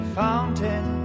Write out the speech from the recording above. fountain